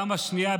בפעם השנייה,